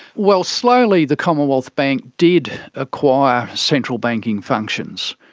well, slowly the commonwealth bank did acquire central banking functions.